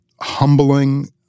humbling